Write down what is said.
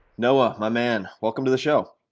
noah, my man welcome to the show.